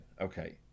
okay